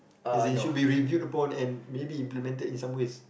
as in it should be reviewed upon and maybe implemented in some ways